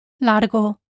Largo